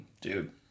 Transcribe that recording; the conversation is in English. dude